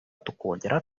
tukongera